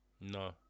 No